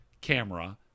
camera